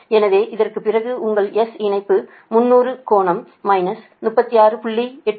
எனவே இதற்குப் பிறகு உங்கள் S இணைப்பை 300 கோணம் மைனஸ் 36